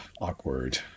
awkward